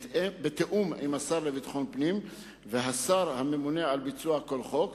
בתיאום עם השר לביטחון פנים והשר הממונה על ביצוע כל חוק,